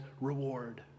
reward